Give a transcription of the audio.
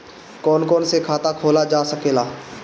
कौन कौन से खाता खोला जा सके ला?